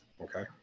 Okay